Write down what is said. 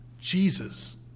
Jesus